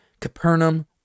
Capernaum